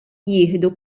jieħu